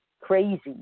crazy